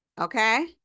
okay